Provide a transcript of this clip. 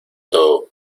todo